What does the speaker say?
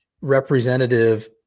representative